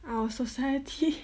our society